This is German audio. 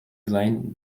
sein